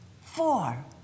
four